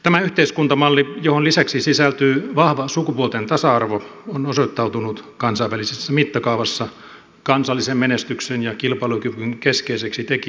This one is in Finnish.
tämä yhteiskuntamalli johon lisäksi sisältyy vahva sukupuolten tasa arvo on osoittautunut kansainvälisessä mittakaavassa kansallisen menestyksen ja kilpailukyvyn keskeiseksi tekijäksi